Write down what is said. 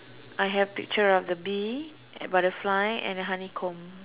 I have picture of the bee butterfly and a honeycomb